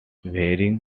varying